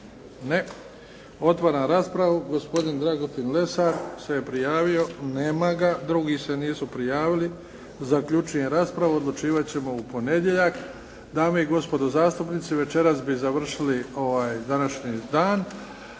Ne. Otvaram raspravu. Gospodin Dragutin Lesar se prijavio. Nema ga. Drugi se nisu prijavili. Zaključujem raspravu. Odlučivat ćemo u ponedjeljak. Dame i gospodo zastupnici. Večeras bi završili današnji dan